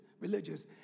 religious